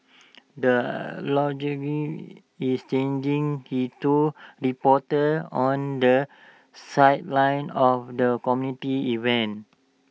the algorithm is changing he told reporters on the sidelines of the community event